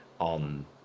on